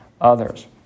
others